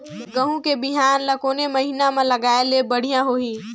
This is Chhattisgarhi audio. गहूं के बिहान ल कोने महीना म लगाय ले बढ़िया होही?